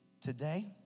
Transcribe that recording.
today